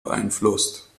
beeinflusst